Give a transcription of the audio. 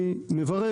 אני מברך.